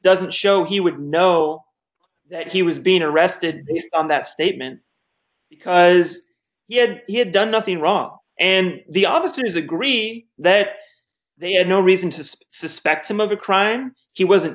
doesn't show he would know that he was being arrested on that statement because he had he had done nothing wrong and the obvious here is agree that they had no reason to suspect him of a crime he wasn't